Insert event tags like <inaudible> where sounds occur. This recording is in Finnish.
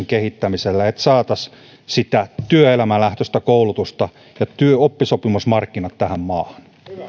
<unintelligible> kehittämiseksi että saataisiin työelämälähtöistä koulutusta ja oppisopimusmarkkinat tähän maahan